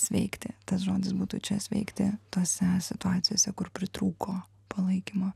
sveikti tas žodis būtų čia sveikti tuose situacijose kur pritrūko palaikymo